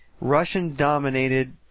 Russian-dominated